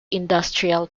industrial